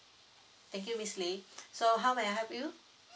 thank you miss li so how may I help you